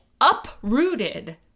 uprooted